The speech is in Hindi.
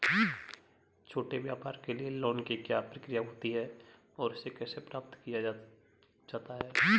छोटे व्यापार के लिए लोंन की क्या प्रक्रिया होती है और इसे कैसे प्राप्त किया जाता है?